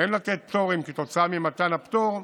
אין לתת פטור אם כתוצאה ממתן הפטור,